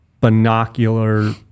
binocular